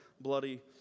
bloody